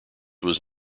was